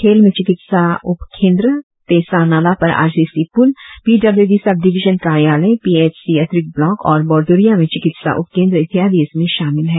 खेल में चिकित्सा उप केंद्र तेसा नालाह पर आर सी सी प्रल P W D subdivision कार्यालय पी एच सी अतिरिक्त ब्लॉक और बोरदुरिया में चिकित्सा उप केंद्र इत्यादी इसमें शामिल है